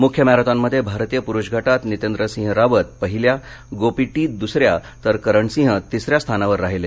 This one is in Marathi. मुख्य मॅरेथॉनमध्ये भारतीय पुरुष गटात नितेंद्रसिंह रावत पहिल्या गोपी टी दूसऱ्या तर करणसिंह तिसऱ्या स्थानी राहिले